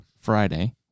Friday